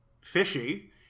fishy